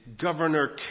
governor